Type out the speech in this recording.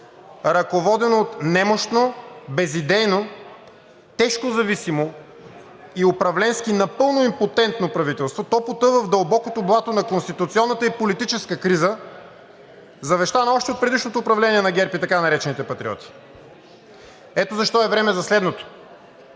ръководено от немощно, безидейно, тежкозависимо и управленски напълно импотентно правителство. То потъва в дълбокото блато на конституционната и политическата криза, завещана още от предишното управление на ГЕРБ и така наречените патриоти. Ето защо е време за следното: